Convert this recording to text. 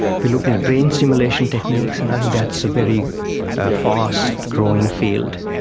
we're looking at brain stimulation techniques and i think that's a very fast-growing field.